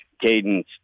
cadence